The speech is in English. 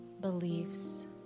beliefs